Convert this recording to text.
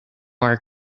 our